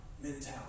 mentality